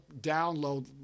download